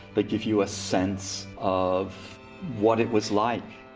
but give you a sense of what it was like.